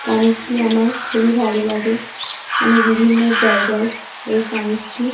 কানেরটি আমার খুবই ভালো লাগে আমি বিভিন্ন জায়গায় এই কানেরটি